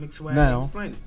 Now